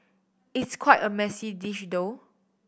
it's quite a messy dish though